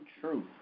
truth